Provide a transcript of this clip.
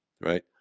right